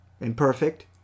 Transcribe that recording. imperfect